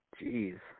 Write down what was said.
Jeez